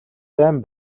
дайн